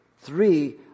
Three